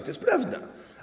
To jest prawda.